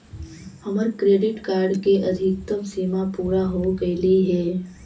हमर credit card के अधिकतम सीमा पूरा हो गेलई हे